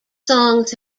songs